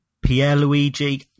Pierre-Luigi